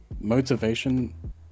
motivation